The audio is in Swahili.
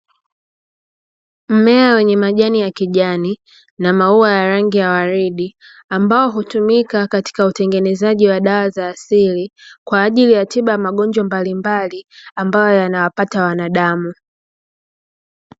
Mmea wenye majani ya kijani na maua ya rangi ya waridi ambayo hutumika katika utengenezaji wa dawa za asili kwa ajili ya tiba ya magonjwa mbalimbali ambayo yanawapata wanadamu.